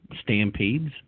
stampedes